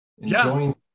enjoying